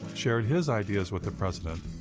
shared his ideas with the president.